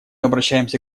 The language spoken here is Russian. обращаемся